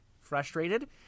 frustrated